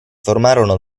formarono